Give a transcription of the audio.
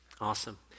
Awesome